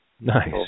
Nice